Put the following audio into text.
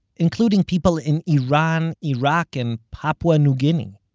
including people in iran, iraq and papua new guinea.